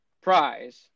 prize